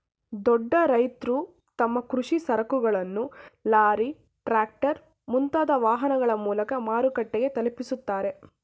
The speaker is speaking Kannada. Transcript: ದೊಡ್ಡ ರೈತ್ರು ತಮ್ಮ ಕೃಷಿ ಸರಕುಗಳನ್ನು ಲಾರಿ, ಟ್ರ್ಯಾಕ್ಟರ್, ಮುಂತಾದ ವಾಹನಗಳ ಮೂಲಕ ಮಾರುಕಟ್ಟೆಗೆ ತಲುಪಿಸುತ್ತಾರೆ